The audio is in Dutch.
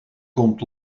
komt